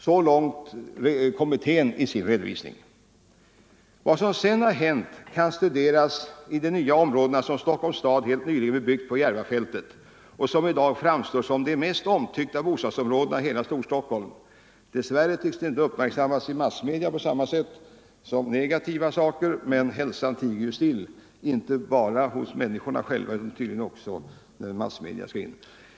Så långt kommitténs egen redovisning. Vad som sedan har hänt kan studeras i de nya områden som Stockholm stad helt nyligen bebyggt på Järvafältet och som i dag framstår som de mest omtyckta bostadsområdena i hela Storstockholm. Dess värre tycks detta inte uppmärksammas i massmedia på samma sätt som negativa saker. Men hälsan tiger ju still, inte bara hos människorna själva utan tydligen också när massmedia skall in i bilden.